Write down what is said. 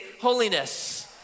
holiness